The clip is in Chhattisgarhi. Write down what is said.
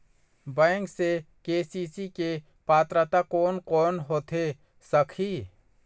बैंक से के.सी.सी के पात्रता कोन कौन होथे सकही?